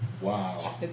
Wow